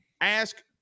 ask